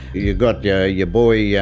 you got yeah your boy, yeah